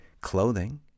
clothing